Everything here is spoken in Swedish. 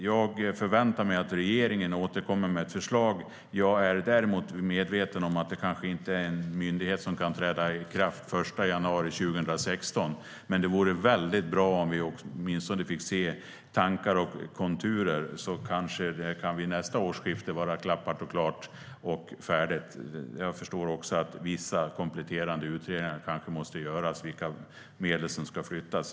Jag förväntar mig att regeringen återkommer med ett förslag. Jag är medveten om att det kanske inte är en myndighet som kan träda i kraft den 1 januari 2016. Men det vore väldigt bra om vi åtminstone fick se tankar och konturer. Då kanske det vid nästa årsskifte kan vara klappat och klart och färdigt. Jag förstår att vissa kompletterande utredningar kanske måste göras om vilka medel som ska flyttas.